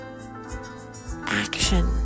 action